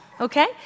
Okay